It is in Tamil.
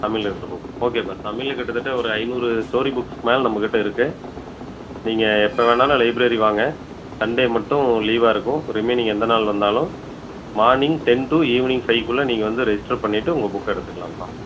தமிழில் இருக்கிற புக்கு ஓகேப்பா தமிழில் கிட்டத்தட்ட ஒரு ஐந்நூறு ஸ்டோரி புக்ஸ்க்கு மேல நம்மக்கிட்ட இருக்குது நீங்கள் எப்போ வேணுணாலும் லைப்ரரி வாங்க சண்டே மட்டும் லீவா இருக்கும் பொறுமையாக நீங்கள் எந்த நாளில் வந்தாலும் morning ten to evening five குள்ள நீங்கள் வந்து ரிஜிஸ்டர் பண்ணிட்டு உங்கள் புக்கை எடுத்துக்கலாம்ப்பா